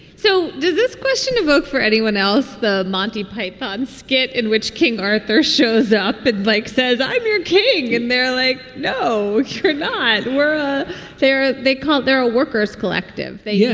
so does this question of vote for anyone else the monty python skit in which king arthur shows up. but like says, i'm your king. and they're like, no, you're not. we're ah there. they call they're a workers collective. they yeah